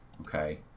Okay